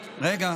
רגע,